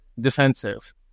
defensive